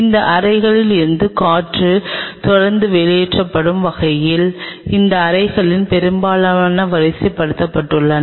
இந்த அறைகளில் இருந்து காற்று தொடர்ந்து வெளியேற்றப்படும் வகையில் இந்த அறைகளில் பெரும்பாலானவை வரிசைப்படுத்தப்படுகின்றன